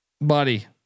buddy